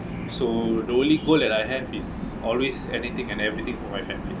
so the only goal that I have is always anything and everything for my family